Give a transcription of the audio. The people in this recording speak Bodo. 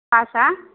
बासआ